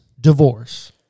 divorce